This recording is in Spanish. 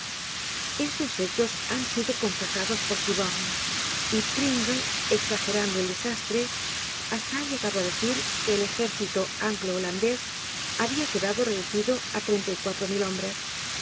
estos hechos han sido confesados por siborne y pringle exagerando el desastre hasta ha llegado á decir que el ejército anglo holandés habia quedado reducido á treinta y cuatro mil hombres